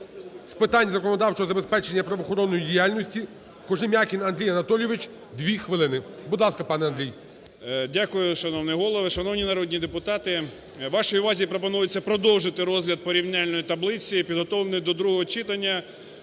з питань законодавчого забезпечення і правоохоронної діяльності Кожем'якін Андрій Анатолійович, 2 хвилини. Будь ласка, пане Андрій. 10:37:16 КОЖЕМ’ЯКІН А.А. Дякую. Шановний Голово, шановні народні депутати! Вашій увазі пропонується продовжити розгляд порівняльної таблиці, підготовленої до другого читання,